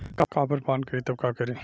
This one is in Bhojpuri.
कॉपर पान करी तब का करी?